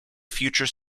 future